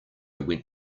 went